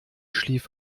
schlief